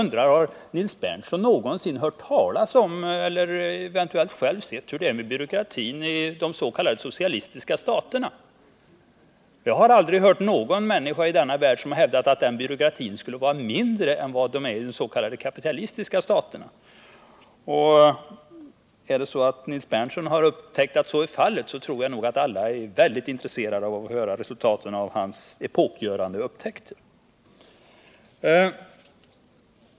Har Nils Berndtson någonsin hört talas om eller eventuellt själv sett hur det är med byråkratin i de s.k. socialistiska staterna? Jag har aldrig hört någon människa i denna värld hävda att byråkratin där skulle vara mindre än vad den är i de s.k. kapitalistiska staterna. Har Nils Berndtson upptäckt att så är fallet tror jag att alla är intresserade av att få höra talas om hans epokgörande upptäckt.